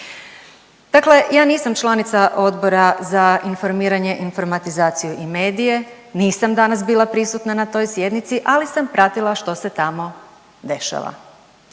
Dakle, ja nisam članica Odbora za informiranje, informatizaciju i medije nisam danas bila prisutna na toj sjednici, ali sam pratila što se tamo dešava,